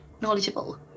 knowledgeable